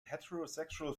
heterosexual